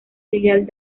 filial